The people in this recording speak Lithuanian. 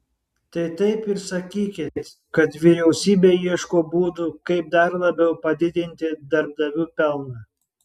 tai taip ir sakykit kad vyriausybė ieško būdų kaip dar labiau padidinti darbdavių pelną